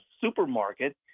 supermarket